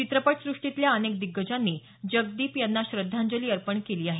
चित्रपट सृष्टीतल्या अनेक दिग्गजांनी जगदीप यांना श्रद्धांजली अर्पण केली आहे